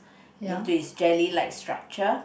into it's jelly like the structure